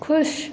खुश